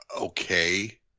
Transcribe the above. okay